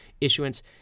issuance